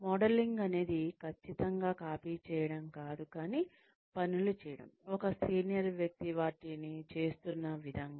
modelling అనేది ఖచ్చితంగా copy చేయడం కాదు కాని పనులు చేయడం ఒక సీనియర్ వ్యక్తి వాటిని చేస్తున్న విధంగా